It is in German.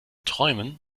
träumen